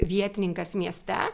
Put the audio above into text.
vietininkas mieste